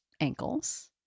ankles